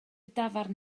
dafarn